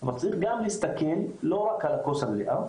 אבל צריך גם להסתכל לא רק על הכוס המלאה,